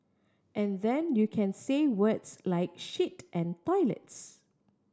and then you can say words like shit and toilets